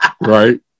Right